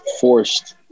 forced